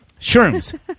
Shrooms